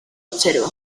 observa